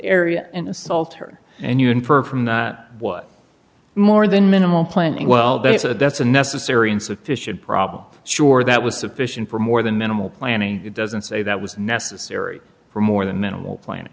area and assault her and you infer from that what more than minimal planning well that's a that's a necessary and sufficient problem sure that was sufficient for more than minimal planning it doesn't say that was necessary for more than minimal plan